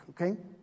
okay